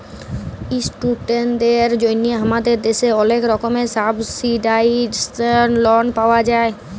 ইশটুডেন্টদের জন্হে হামাদের দ্যাশে ওলেক রকমের সাবসিডাইসদ লন পাওয়া যায়